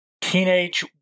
Teenage